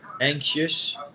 anxious